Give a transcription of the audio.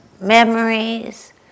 memories